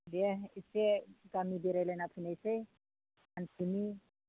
दे एसे गामि बेरायलायलायना फैनोसै सानसेनि